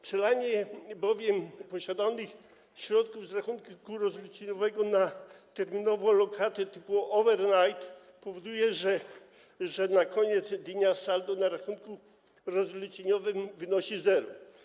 Przelanie bowiem posiadanych środków z rachunku rozliczeniowego na terminową lokatę typu overnight powoduje, że na koniec dnia saldo na rachunku rozliczeniowym wynosi zero.